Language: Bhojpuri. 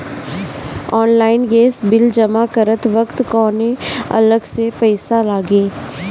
ऑनलाइन गैस बिल जमा करत वक्त कौने अलग से पईसा लागी?